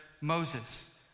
Moses